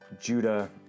Judah